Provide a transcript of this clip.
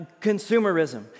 consumerism